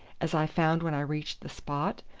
as i found when i reached the spot,